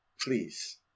Please